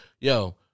yo